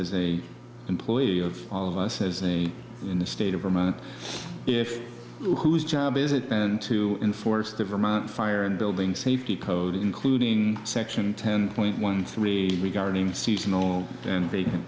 as a employee of all of us as the in the state of vermont if whose job is it to enforce the vermont fire and building safety code including section ten point one three regarding seasonal